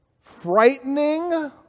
frightening